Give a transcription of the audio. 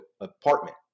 apartment